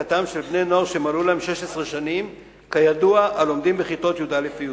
את העסקתם של בני-נוער שמלאו להם 16 שנים ואשר לומדים בכיתות י"א וי"ב.